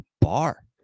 bar